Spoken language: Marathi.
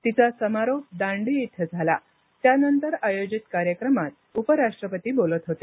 तिचा समारोप दांडी इथं झाल्यानंतर आयोजित कार्यक्रमात उपराष्ट्रपती बोलत होते